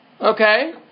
Okay